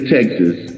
Texas